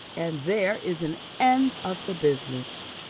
and there is an end of the business.